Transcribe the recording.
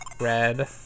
Red